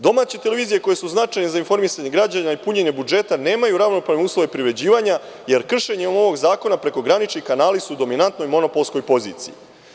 Domaće televizije koje su značajne za informisanje građana i punjenje budžeta nemaju ravnopravne uslove privređivanja, jer kršenjem ovog zakona prekogranični kanali su u dominantnoj monopolskoj poziciji.